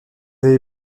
avez